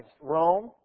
Rome